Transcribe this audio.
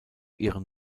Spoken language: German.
ihren